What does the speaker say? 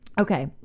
okay